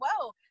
whoa